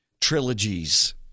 trilogies